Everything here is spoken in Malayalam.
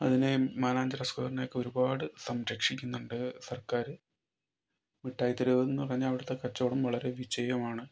അതിനെയും മാനാഞ്ചിറ സ്ക്വയറിനെയൊക്കെ ഒരുപാട് സംരക്ഷിക്കുന്നുണ്ട് സർക്കാർ മിഠായിത്തെരുവ് പറഞ്ഞാൽ അവിടുത്തെ കച്ചവടം വളരെ വിജയമാണ്